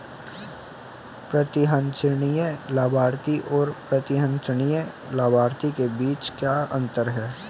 प्रतिसंहरणीय लाभार्थी और अप्रतिसंहरणीय लाभार्थी के बीच क्या अंतर है?